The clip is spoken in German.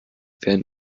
werden